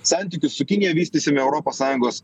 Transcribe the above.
santykius su kinija vystysim europos sąjungos